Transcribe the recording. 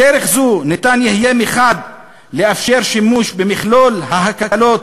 בדרך זו יתאפשר מצד אחד שימוש במכלול ההקלות